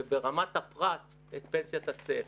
וברמת הפרט את פנסיית הצל.